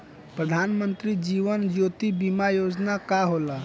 प्रधानमंत्री जीवन ज्योति बीमा योजना का होला?